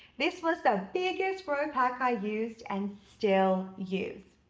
this was the biggest growth hack i used, and still use.